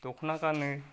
दखना गानो